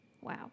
Wow